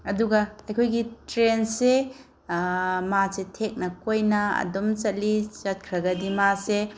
ꯑꯗꯨꯒ ꯑꯩꯈꯣꯏꯒꯤ ꯇ꯭ꯔꯦꯟꯁꯦ ꯃꯥꯁꯦ ꯊꯦꯛꯅ ꯀꯣꯏꯅ ꯑꯗꯨꯝ ꯆꯠꯂꯤ ꯆꯠꯈ꯭ꯔꯒꯗꯤ ꯃꯥꯁꯦ